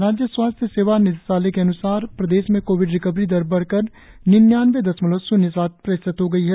राज्य स्वास्थ्य सेवा निदेशालय के अनुसार प्रदेश में कोविड रिकवरी दर बढकर निन्यानवे दशमलव शून्य सात प्रतिशत हो गयी है